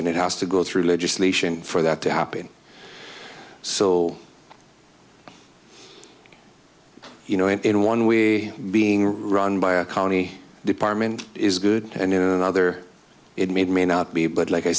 and it has to go through legislation for that to happen so you know in one we being run by a county department is good and in another it made may not be but like i